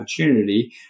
opportunity